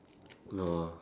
no ah